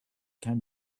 can